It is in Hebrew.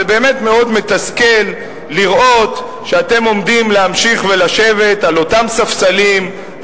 זה באמת מאוד מתסכל לראות שאתם עומדים להמשיך ולשבת על אותם ספסלים,